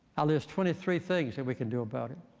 i list twenty three things that we can do about it.